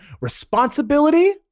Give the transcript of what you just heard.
responsibility